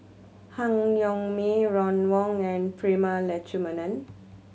Han Yong May Ron Wong and Prema Letchumanan